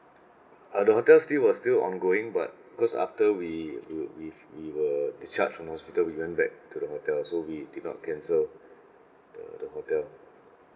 uh the hotel stay was still ongoing but because after we we we were discharged from the hospital we went back to the hotel so we did not cancel the the hotel